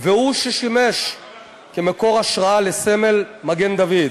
והוא ששימש מקור השראה לסמל מגן-דוד.